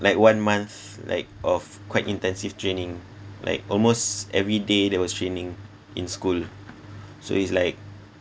like one month like of quite intensive training like almost every day there was training in school so it's like